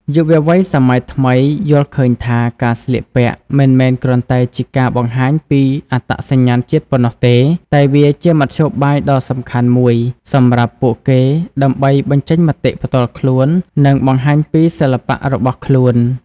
យុវវ័យសម័យថ្មីយល់ឃើញថា ការស្លៀកពាក់ មិនមែនគ្រាន់តែជាការបង្ហាញពីអត្តសញ្ញាណជាតិប៉ុណ្ណោះទេ តែវាជាមធ្យោបាយដ៏សំខាន់មួយសម្រាប់ពួកគេដើម្បី បញ្ចេញមតិផ្ទាល់ខ្លួន និងបង្ហាញពី សិល្បៈ របស់ខ្លួន។